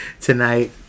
tonight